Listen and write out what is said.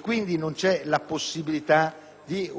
Quindi non c'è possibilità di